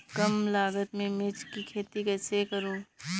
कम लागत में मिर्च की खेती कैसे करूँ?